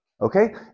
Okay